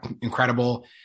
incredible